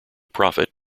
prophet